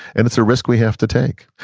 and it's a risk we have to take.